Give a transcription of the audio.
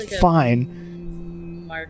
fine